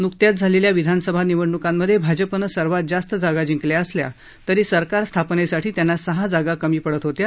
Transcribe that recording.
न्कत्याच झालेल्या विधानसभा निवडण्कांमधे भाजप नं सर्वात जास्त जागा जिंकल्या असल्या तरी सरकार स्थापनेसाठी त्यांना सहा जागा कमी पडत होत्या